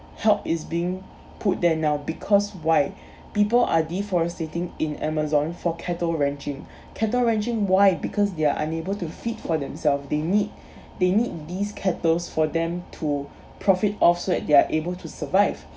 help is being put there now because why people are deforesting in amazon for cattle ranching cattle ranching why because they are unable to feed for themselves they need they need these cattles for them to profit off so that they're able to survive